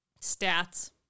stats